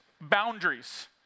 boundaries